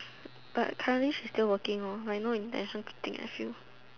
but currently she's still working lor like no intention to take I feel